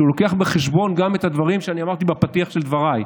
שמביאות בחשבון גם את הדברים שאני אמרתי בפתיח של דבריי,